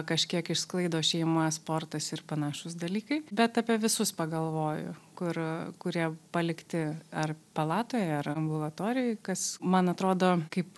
kažkiek išsklaido šeima sportas ir panašūs dalykai bet apie visus pagalvoju kur kurie palikti ar palatoj ar ambulatorijoj kas man atrodo kaip